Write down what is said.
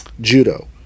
judo